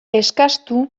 eskastu